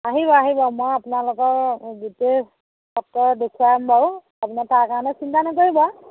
আহিব আহিব মই আপোনালোকৰ গোটেই সত্ৰ দেখুৱাম বাৰু আপুনি তাৰ কাৰণে চিন্তা নকৰিব